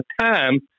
time